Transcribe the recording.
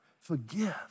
forgive